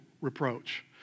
reproach